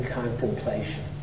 contemplation